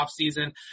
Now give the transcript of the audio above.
offseason